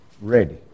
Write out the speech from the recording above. ready